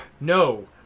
No